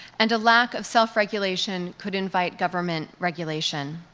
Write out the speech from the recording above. and a lack of self-regulation could invite government regulation.